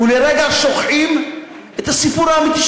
ולרגע שוכחים את הסיפור האמיתי,